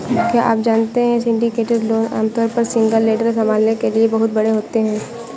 क्या आप जानते है सिंडिकेटेड लोन आमतौर पर सिंगल लेंडर संभालने के लिए बहुत बड़े होते हैं?